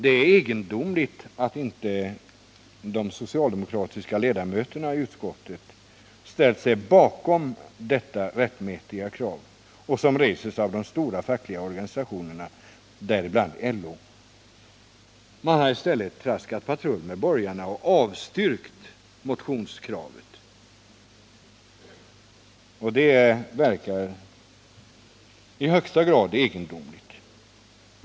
Det är egendomligt att inte de socialdemokratiska ledamöterna i utskottet ställt sig bakom detta rättmätiga krav från de stora fackliga organisationerna, bl.a. LO. Man har i stället traskat patrull med borgarna och avstyrt motionskravet. Det är högst egendomligt.